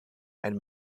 and